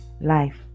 life